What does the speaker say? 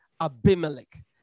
Abimelech